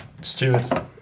Stewart